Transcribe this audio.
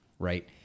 right